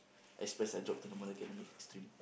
express I drop to normal academic stream